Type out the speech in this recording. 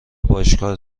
باشگاه